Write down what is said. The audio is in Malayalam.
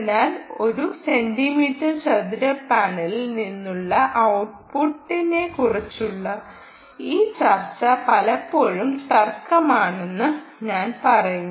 അതിനാൽ ഒരു സെന്റിമീറ്റർ ചതുര പാനലിൽ നിന്നുള്ള ഔട്ട്പുട്ടിനെക്കുറിച്ചുള്ള ഈ ചർച്ച പലപ്പോഴും തർക്കമാകുമെന്ന് ഞാൻ പറയും